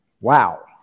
Wow